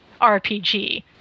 RPG